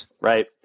Right